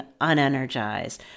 unenergized